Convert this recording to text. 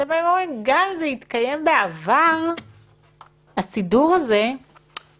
כמו שכבר הסברנו, תיכף